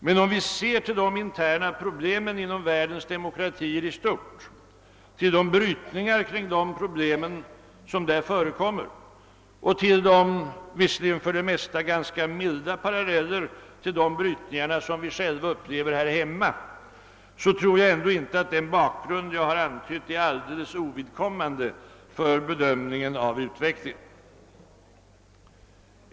Men om vi ser till de interna problemen inom världens demokratier i stort, till de brytningar kring dessa problem som där förekommer och till de visserligen för det mesta ganska milda paralleller till dessa brytningar som vi själva upplever här hemma, så tror jag ändå inte att den bakgrund jag har antytt är alldeles ovidkommande för bedömningen av utvecklingen.